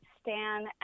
Stan